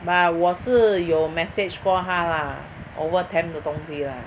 but 我是有 message 过他 lah over temp 的东西 lah